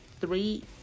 three